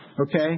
Okay